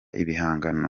ibihangano